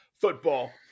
football